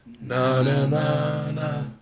Na-na-na-na